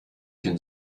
den